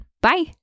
Bye